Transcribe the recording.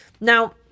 Now